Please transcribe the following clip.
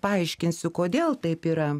paaiškinsiu kodėl taip yra